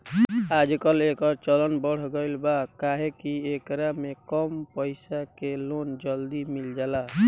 आजकल, एकर चलन बढ़ गईल बा काहे कि एकरा में कम पईसा के लोन जल्दी मिल जाला